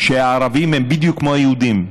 שהערבים הם בדיוק כמו היהודים.